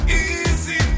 easy